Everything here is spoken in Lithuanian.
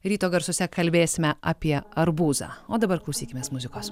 ryto garsuose kalbėsime apie arbūzą o dabar klausykimės muzikos